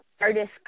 artists